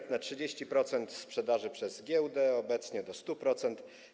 30% sprzedaży przez giełdę, obecnie do 100%.